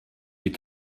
est